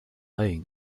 laying